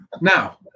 Now